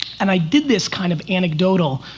and i did this kind of anecdotal.